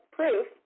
proof